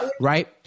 Right